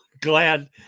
glad